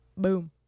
boom